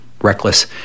reckless